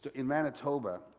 in manitoba.